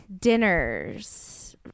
dinners